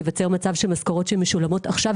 ייווצר מצב שמשכורות שמשולמות עכשיו,